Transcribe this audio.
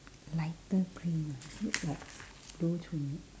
lighter green ah looks like blue to me